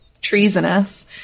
treasonous